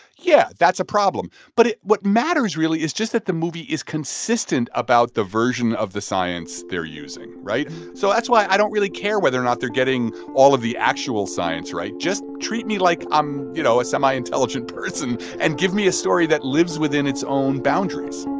yeah, that's a problem. but what matters really is just that the movie is consistent about the version of the science they're using, right? so that's why i don't really care whether or not they're getting all of the actual science right. just treat me like i'm, you know, a semi-intelligent person and give me a story that lives within its own boundaries